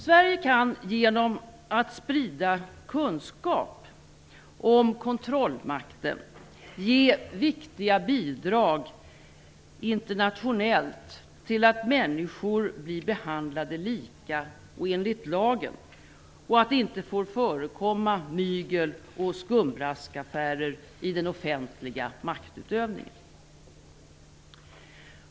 Sverige kan genom att sprida kunskap om kontrollmakten ge viktiga bidrag internationellt till att människor blir behandlade lika enligt lagen och se till att det inte förekommer mygel eller skumraskaffärer i den offentliga maktutövningen.